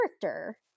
character